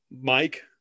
Mike